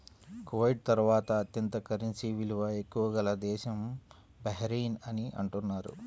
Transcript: Kuwait తర్వాత అత్యంత currency విలువ ఎక్కువ గల దేశం బహ్రెయిన్ అని అంటున్నారు